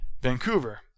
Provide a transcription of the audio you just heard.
Vancouver